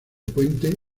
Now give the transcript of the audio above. puente